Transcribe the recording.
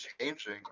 changing